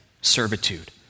servitude